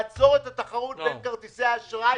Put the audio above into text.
לעצור את התחרות בין כרטיסי האשראי.